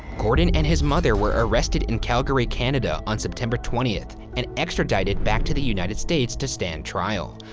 gordon and his mother were arrested in calgary, canada on september twentieth and extradited back to the united states to stand trial.